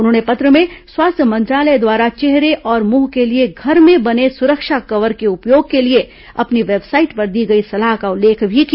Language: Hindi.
उन्होंने पत्र में स्वास्थ्य मंत्रालय द्वारा चेहरे और मुंह के लिए घर में बने सुरक्षा कवर के उपयोग के लिए अपनी वेबसाइट पर दी गई सलाह का उल्लेख भी किया